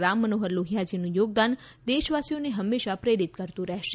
રામ મનોહર લોહિયાજીનું યોગદાન દેશવાસીઓને હંમેશા પ્રેરિત કરતું રહેશે